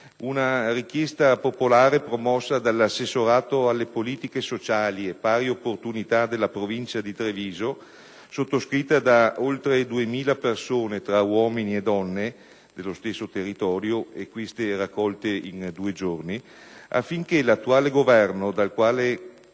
una richiesta popolare, promossa dall'Assessorato alle politiche sociali e pari opportunità della Provincia di Treviso e sottoscritta da oltre duemila uomini e donne dello stesso territorio in soli due giorni, affinché l'attuale Governo, del quale